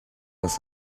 was